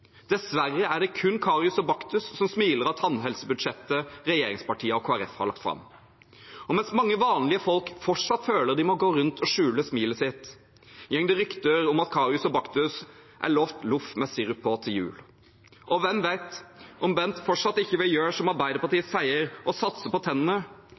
Dessverre er det kun Karius og Baktus som smiler av tannhelsebudsjettet regjeringspartiene og Kristelig Folkeparti har lagt fram. Mens mange vanlige folk fortsatt føler at de må gå rundt og skjule smilet sitt, går det rykter om at Karius og Baktus er lovet loff med sirup på til jul. Og hvem vet – om Bent fortsatt ikke vil gjøre som